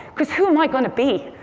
because who am i going to be?